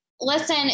listen